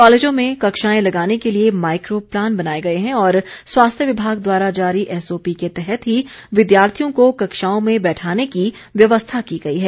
कालेजों में कक्षाएं लगाने के लिए माइको प्लान बनाए गए हैं और स्वास्थ्य विभाग द्वारा जारी एसओपी के तहत ही विद्यार्थियों को कक्षाओं में बैठाने की व्यवस्था की गई है